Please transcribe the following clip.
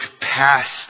past